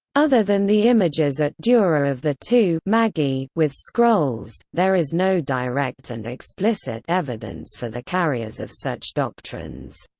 other than the images at dura of the two magi with scrolls, there is no direct and explicit evidence for the carriers of such doctrines.